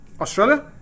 Australia